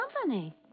company